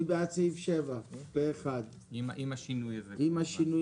מי בעד סעיף 7 עם השינויים וההבהרות?